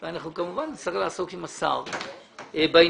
סיכמנו.